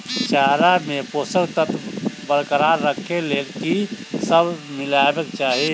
चारा मे पोसक तत्व बरकरार राखै लेल की सब मिलेबाक चाहि?